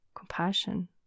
compassion